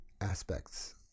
aspects